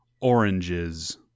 oranges